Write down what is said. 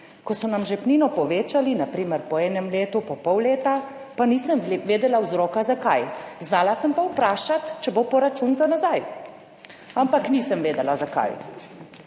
ko so nam žepnino povečali na primer po enem letu, po pol leta, pa nisem vedela vzroka zakaj, znala sem pa vprašati, če bo poračun za nazaj, ampak nisem vedela zakaj.